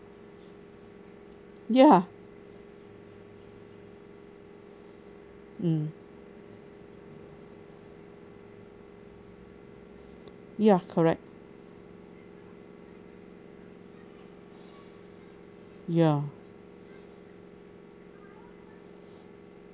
ya mm ya correct ya